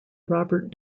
robert